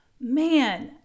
man